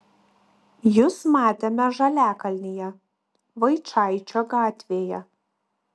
jus matėme žaliakalnyje vaičaičio gatvėje